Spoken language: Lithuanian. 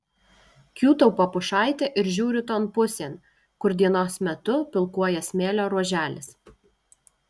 kiūtau po pušaite ir žiūriu ton pusėn kur dienos metu pilkuoja smėlio ruoželis